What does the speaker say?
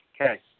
Okay